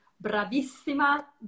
bravissima